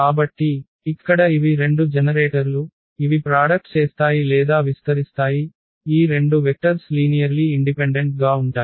కాబట్టి ఇక్కడ ఇవి రెండు జనరేటర్లు ఇవి ప్రాడక్ట్ చేస్తాయి లేదా విస్తరిస్తాయి ఈ రెండు వెక్టర్స్ లీనియర్లీ ఇండిపెండెంట్ గా ఉంటాయి